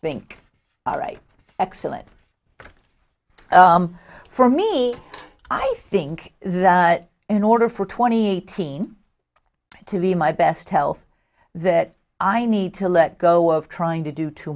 think all right excellent for me i think that in order for twenty eight to be my best health that i need to let go of trying to do too